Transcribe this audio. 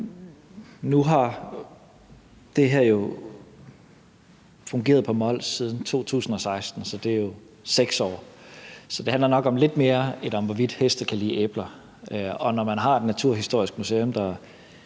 Nu har det her jo fungeret på Mols siden 2016, altså i 6 år, så det handler nok om lidt mere, end om hvorvidt heste kan lide æbler. Og når man har et naturhistorisk museum,